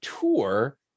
tour